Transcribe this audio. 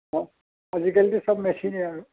অ' আজিকালিটো চব মেচিনেই আৰু